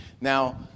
Now